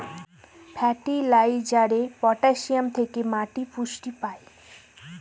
ফার্টিলাইজারে পটাসিয়াম থেকে মাটি পুষ্টি পায়